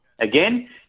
again